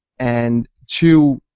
and two,